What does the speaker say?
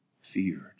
feared